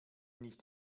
nicht